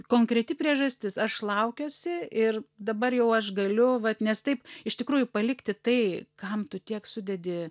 konkreti priežastis aš laukiuosi ir dabar jau aš galiu va nes taip iš tikrųjų palikti tai kam tu tiek sudedi